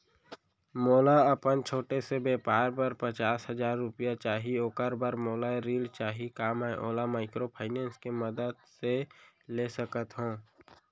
मोला अपन छोटे से व्यापार बर पचास हजार रुपिया चाही ओखर बर मोला ऋण चाही का मैं ओला माइक्रोफाइनेंस के मदद से ले सकत हो?